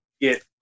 get